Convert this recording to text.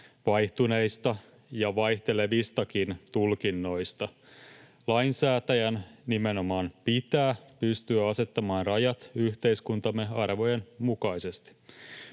vaihtuneista ja vaihtelevistakin tulkinnoista. Lainsäätäjän nimenomaan pitää pystyä asettamaan rajat yhteiskuntamme arvojen mukaisesti.